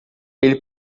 ele